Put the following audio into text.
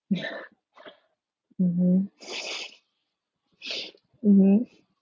mmhmm mmhmm